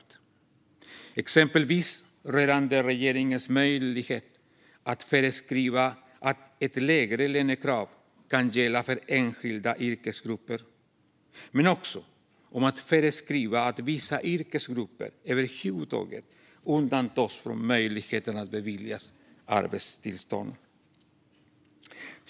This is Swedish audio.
Det rör exempelvis regeringens möjlighet att föreskriva att ett lägre lönekrav ska gälla för enskilda yrkesgrupper, liksom möjligheten att föreskriva att vissa yrkesgrupper undantas från att över huvud taget kunna beviljas arbetstillstånd.